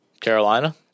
Carolina